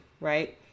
Right